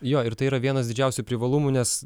jo ir tai yra vienas didžiausių privalumų nes